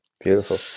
Beautiful